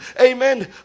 amen